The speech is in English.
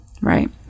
right